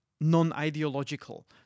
non-ideological